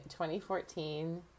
2014